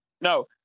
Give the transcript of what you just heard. no